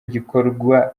gikorwa